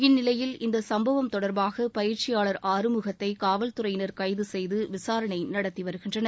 இந்நிலையில் இந்தசம்பவம் தொடர்பாகபயிற்சியாளர் ஆறுமுகத்தைகாவல்துறையினர் கைதுசெய்துவிசாரணைநடத்திவருகின்றனர்